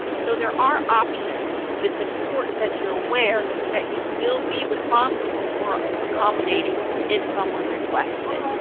so there are options but it's important that you're aware that you will be responsible for accommodating if someone requests it.